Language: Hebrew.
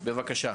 לי --- בבקשה.